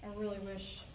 really wish